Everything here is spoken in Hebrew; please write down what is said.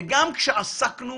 גם כשעסקנו